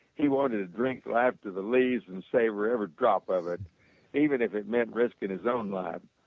he wanted to drink life to the least and saved whatever drop of it even if it meant risking his own life.